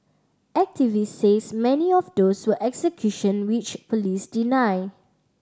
activist says many of do so execution which police deny